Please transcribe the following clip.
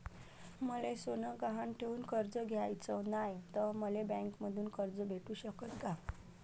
मले सोनं गहान ठेवून कर्ज घ्याचं नाय, त मले बँकेमधून कर्ज भेटू शकन का?